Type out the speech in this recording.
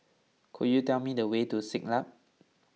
could you tell me the way to Siglap